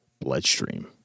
bloodstream